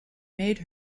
made